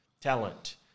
talent